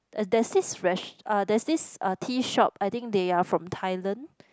oh there's this fresh uh there's this uh tea shop I think they are from Thailand